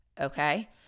Okay